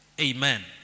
Amen